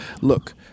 look